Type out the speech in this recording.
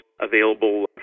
available